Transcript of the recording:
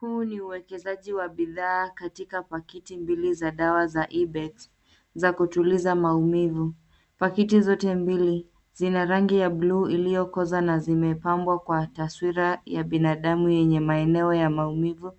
Huu ni uwekezaji wa bidhaa katika pakiti mbili za dawa za Ibex, za kutuliza maumivu. Pakiti zote mbili zina rangi ya blue iliyokoza na zimepambwa kwa taswira ya binadamu yenye maeneo ya maumivu,